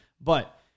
But-